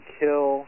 kill